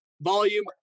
volume